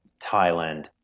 Thailand